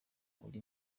uri